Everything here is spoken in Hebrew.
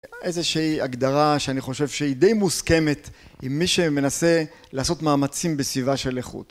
איזושהי הגדרה שאני חושב שהיא די מוסכמת עם מי שמנסה לעשות מאמצים בסביבה של איכות